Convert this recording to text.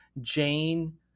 Jane